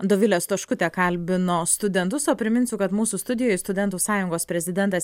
dovilė stoškutė kalbino studentus o priminsiu kad mūsų studijoj studentų sąjungos prezidentas